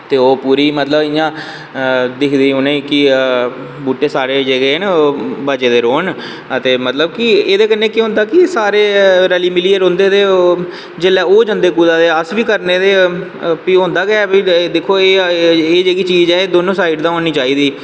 ते पूरे ओह् इयां दिखदे उनेंगी के बूह्टे साढ़े जेह्के बचे दे रौह्न ते एह्दे कन्नै केह् होंदा कि सारे रली मिलियै रौंह्दे ते जिसलै ओह् जंदे कुसै ते अस बी करने ते फ्ही होंदा गै ऐ दिक्खो एह् चीज दोनो साईड दा होनी चाही दी